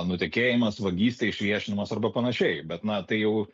nutekėjimas vagystė išviešinimas arba panašiai bet na tai jau